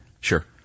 Sure